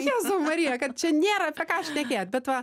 jėzau marija kad čia nėra apie ką šnekėt bet va